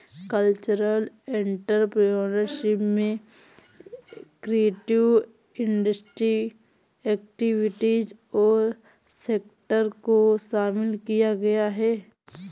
cultural entrepreneurship में creative industry activities और sector को शामिल किया गया है